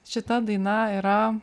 šita daina yra